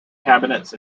cabinets